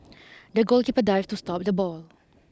the goalkeeper dived to stop the ball